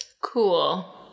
Cool